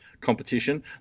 competition